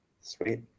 Sweet